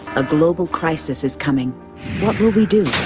a global crisis is coming. what will we do?